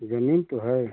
जमीन तो है